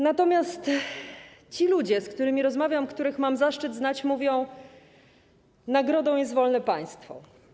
Natomiast ci ludzie, z którymi rozmawiam, których mam zaszczyt znać, mówią: nagrodą jest wolne państwo.